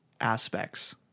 aspects